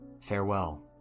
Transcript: Farewell